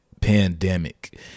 pandemic